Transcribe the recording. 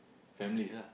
families ah